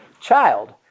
Child